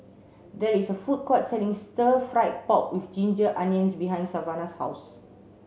there is a food court selling stir fried pork with ginger onions behind Savanah's house